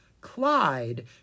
Clyde